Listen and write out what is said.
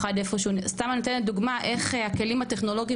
סתם אני נותנת דוגמה איך הכלים הטכנולוגיים